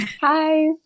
Hi